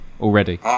already